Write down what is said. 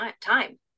time